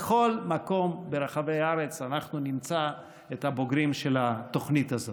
בכל מקום ברחבי הארץ אנחנו נמצא את הבוגרים של התוכנית הזאת.